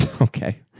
Okay